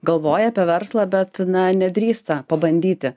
galvoja apie verslą bet na nedrįsta pabandyti